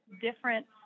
different